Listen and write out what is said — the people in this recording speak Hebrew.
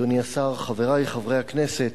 אדוני היושב-ראש, חברי חברי הכנסת,